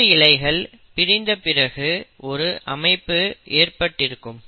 2 இழைகள் பிரிந்த பிறகு ஒரு அமைப்பு ஏற்பட்டிருக்கும்